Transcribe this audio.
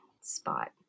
spot